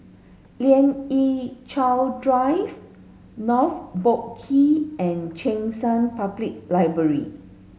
Lien Ying Chow Drive North Boat Quay and Cheng San Public Library